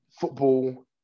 football